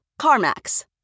CarMax